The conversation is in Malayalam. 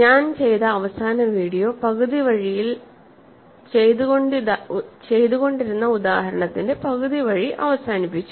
ഞാൻ ചെയ്ത അവസാന വീഡിയോ പകുതി വഴിയിൽ ചെയ്തുകൊണ്ടിരുന്ന ഉദാഹരണത്തിന്റെ പകുതി വഴി അവസാനിപ്പിച്ചു